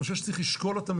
אני חושב שצריך לשקול אותן,